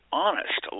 honest